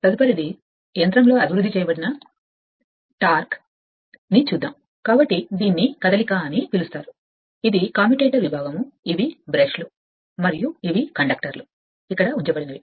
తదుపరిది యంత్రం లో అభివృద్ధి చేయబడిన టార్క్ కాబట్టి దీన్ని కదలిక అని పిలుస్తారు ఇది కమ్యుటేటర్ విభాగం ఇవి బ్రష్లు మరియు ఇవి కండక్టర్ ఉంచిన వైపు